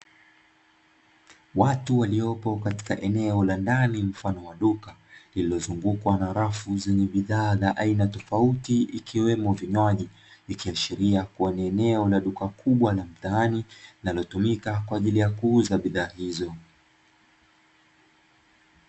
Watu waliopo katika eneo la ndani mfano wa duka lililozungukwa na rafu zenye bidhaa za aina tofauti ikiwemo vinywaji, ikiashiria kubwa ni eneo la duka kubwa la mtaani linalotumika kwa ajili ya kuuza bidhaa hizo.